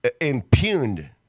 impugned